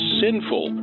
sinful